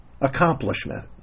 accomplishment